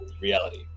reality